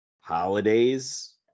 Holidays